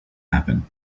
happen